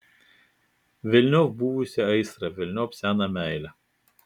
velniop buvusią aistrą velniop seną meilę